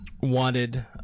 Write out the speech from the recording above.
wanted